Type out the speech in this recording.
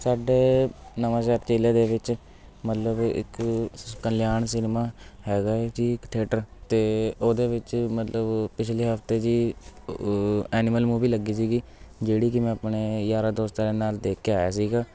ਸਾਡੇ ਨਵਾਂਸ਼ਹਿਰ ਜ਼ਿਲ੍ਹੇ ਦੇ ਵਿੱਚ ਮਤਲਬ ਇੱਕ ਕਲਿਆਣ ਸਿਨੇਮਾ ਹੈਗਾ ਏ ਜੀ ਇੱਕ ਥੀਏਟਰ ਅਤੇ ਉਹਦੇ ਵਿੱਚ ਮਤਲਬ ਪਿਛਲੇ ਹਫਤੇ ਜੀ ਐਨੀਮਲ ਮੂਵੀ ਲੱਗੀ ਸੀਗੀ ਜਿਹੜੀ ਕਿ ਮੈਂ ਆਪਣੇ ਯਾਰਾਂ ਦੋਸਤਾਂ ਦੇ ਨਾਲ ਦੇਖ ਕੇ ਆਇਆ ਸੀਗਾ